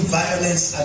violence